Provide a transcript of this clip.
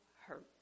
hurt